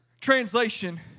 translation